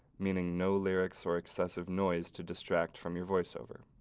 meaning no lyrics or excessive noise to distract from your voiceover.